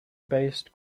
based